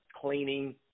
cleaning